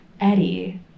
eddie